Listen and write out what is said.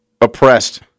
oppressed